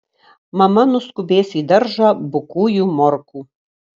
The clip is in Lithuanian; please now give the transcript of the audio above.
mama nuskubės į daržą bukųjų morkų